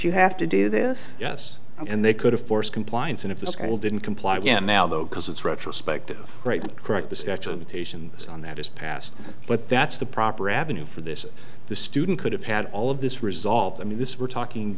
you have to do this yes and they could have force compliance and if the school didn't comply get now though because it's retrospective right and correct the statue of the taishan is on that is passed but that's the proper avenue for this the student could have had all of this resolved i mean this we're talking